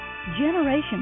Generations